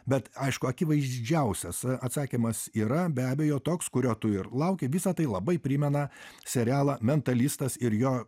bet aišku akivaizdžiausias atsakymas yra be abejo toks kurio tu ir lauki visa tai labai primena serialą mentalistas ir jo